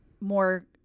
more